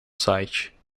site